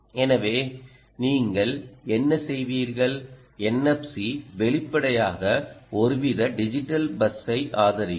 எனவே நீங்கள் என்ன செய்வீர்கள் NFC வெளிப்படையாக ஒருவித டிஜிட்டல் பஸ்ஸை ஆதரிக்கும்